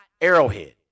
Arrowhead